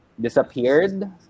disappeared